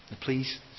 Please